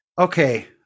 Okay